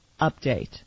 update